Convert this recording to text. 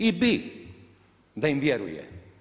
I bi, da im vjeruje.